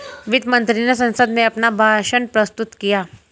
वित्त मंत्री ने संसद में अपना भाषण प्रस्तुत किया